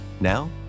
Now